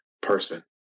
person